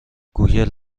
گوگل